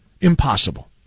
Impossible